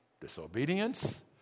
disobedience